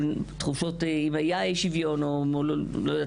אם היה אי שוויון בתעסוקה,